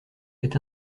est